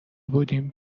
بودیم